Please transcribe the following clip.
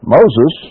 Moses